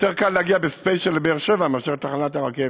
יותר קל להגיע בספיישל לבאר שבע מאשר לתחנת הרכבת.